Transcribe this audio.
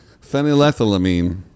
Phenylethylamine